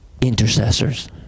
intercessors